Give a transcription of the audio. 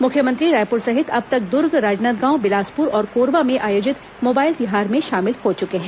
मुख्यमंत्री रायपुर सहित अब तक दुर्ग राजनांदगांव बिलासपुर और कोरबा में आयोजित मोबाइल तिहार में शामिल हो चुके हैं